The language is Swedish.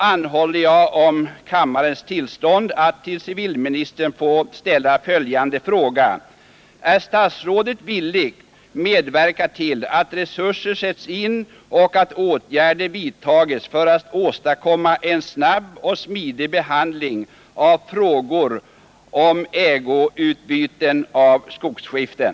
Under hänvisning till det anförda anhålles om kammarens tillstånd att till herr civilministern få ställa följande fråga: Är statsrådet villig medverka till att resurser sätts in och att åtgärder vidtages för att åstadkomma en snabb och smidig behandling av frågor om ägoutbyten av skogsskiften?